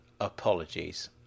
apologies